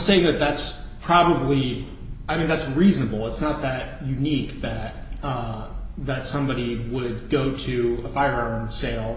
saying that that's probably i mean that's reasonable it's not that unique that that somebody would go to a fire sale